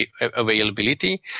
availability